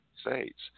States